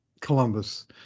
Columbus